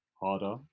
harder